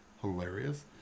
hilarious